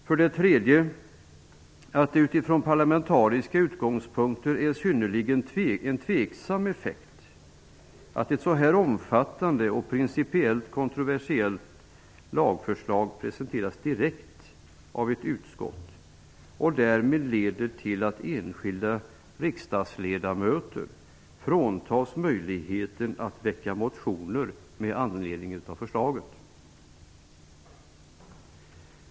För det tredje: Det blir utifrån parlamentariska utgångspunkter en synnerligen tvivelaktig effekt av att ett så omfattande, och principiellt kontroversiellt, lagförslag presenteras direkt av ett utskott och därmed leder till att enskilda riksdagsledamöter fråntas möjligheten att väcka motioner i anledning av förslaget.